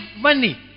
money